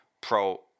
pro